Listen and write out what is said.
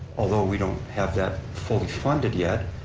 although we don't have that fully funded yet,